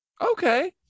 Okay